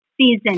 season